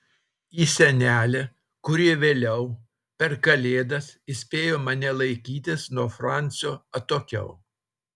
į senelę kuri vėliau per kalėdas įspėjo mane laikytis nuo francio atokiau